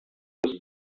was